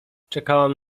czekałam